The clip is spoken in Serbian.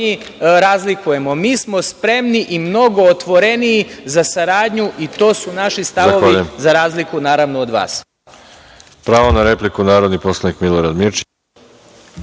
mi razlikujemo. Mi smo spremni i mnogo otvoreniji za saradnju i to su naši stavovi, za razliku od vas.